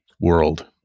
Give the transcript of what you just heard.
world